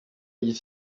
igice